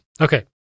Okay